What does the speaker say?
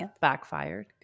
Backfired